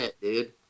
dude